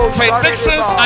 predictions